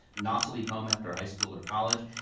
not to leave home after high school or college.